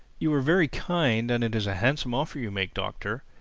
you are very kind and it is a handsome offer you make, doctor.